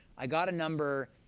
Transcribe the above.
i got a number.